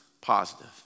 positive